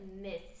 myths